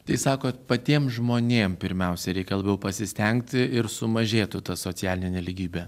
tai sakot patiem žmonėm pirmiausia reikia labiau pasistengti ir sumažėtų ta socialinė nelygybė